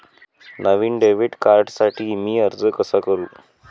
नवीन debit कार्डसाठी मी अर्ज कसा करू?